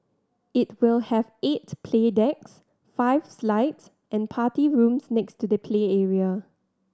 it will have eight play decks five slides and party rooms next to the play area